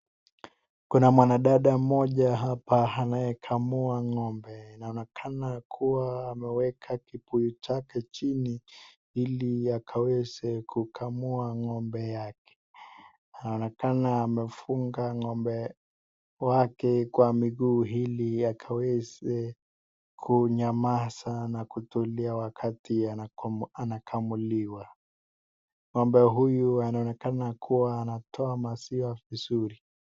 Mwanamke amebeba mtoto analia amesimama chini ya mti mrefu amevaa koti jekundu na nguo nyeupe.